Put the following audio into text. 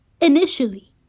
initially